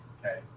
Okay